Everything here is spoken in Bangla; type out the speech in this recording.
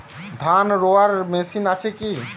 ধান রোয়ার মেশিন আছে কি?